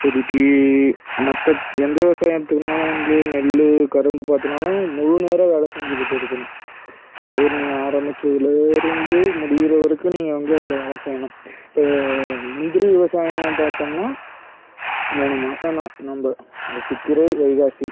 இப்போதிக்கு மற்ற எந்த விவசாயம் எடுத்துக்கினாலும் வந்து நெல் கரும்பு பார்த்தீங்கன்னாலும் முழு நேர வேலை செஞ்சிக்கிட்டு இருக்கணும் பயிர் நீங்கள் ஆரம்பிச்சதுலேருந்து முடிகிற வரைக்கும் நீங்கள் வந்து அதில் வேலை செய்யணும் இப்போது முந்திரி விவசாயம் பார்த்தோம்னா மூணு மாசம் தான் நம்ப இந்த சித்திரை வைகாசி